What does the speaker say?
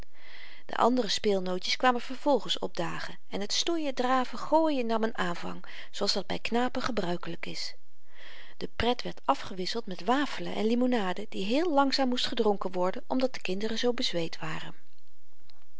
de andere speelnootjes kwamen vervolgens opdagen en t stoeien draven gooien nam n aanvang zooals dat by knapen gebruikelyk is de pret werd afgewisseld met wafelen en limonade die heel langzaam moest gedronken worden omdat de kinderen zoo bezweet waren